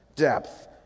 Depth